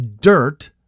dirt